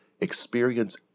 experience